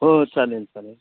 हो चालेल चालेल